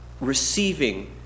receiving